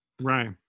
Right